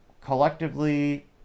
collectively